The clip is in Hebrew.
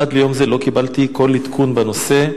עד ליום זה לא קיבלתי כל עדכון בנושא.